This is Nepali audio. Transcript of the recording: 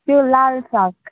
त्यो लाल साग